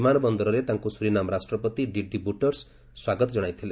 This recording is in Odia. ବିମାନ ବନ୍ଦରରେ ତାଙ୍କୁ ସୁରିନାମ୍ ରାଷ୍ଟ୍ରପତି ଡିଡି ବୁଟର୍ସ ସ୍ୱାଗତ ଜଣାଇଥିଲେ